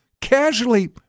casually